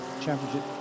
championship